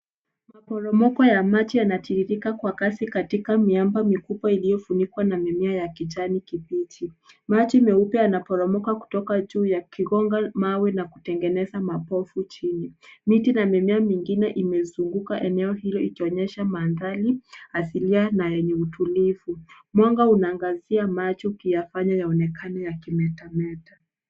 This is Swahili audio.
Maporomoko ya maji yanatiririka kwa kasi katika miamba mikubwa iliyofunnikwa na mimea ya kijani kibchi. Maji muepe yanaporomoka kutoka juu yakigonga mawe na kutengeneza mapofu chini. Miti na mimea mingine imezunguka eneo hilo ikionyesha mandhari asilia na yenye utulivu. Mwanga unaangazia maji ukiyafanya yaonekane yakimetameta.